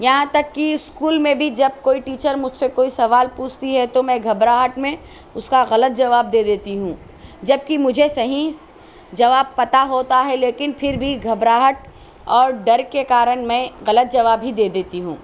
یہاں تک کہ اسکول میں بھی جب کوئی ٹیچر مجھ سے کوئی سوال پوچھتی ہے تو میں گھبراہٹ میں اس کا غلط جواب دے دیتی ہوں جب کہ مجھے صحیح جواب پتہ ہوتا ہے لیکن پھر بھی گھبراہٹ اور ڈر کے کارن میں غلط جواب ہی دے دیتی ہوں